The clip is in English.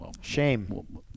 Shame